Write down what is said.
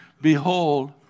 Behold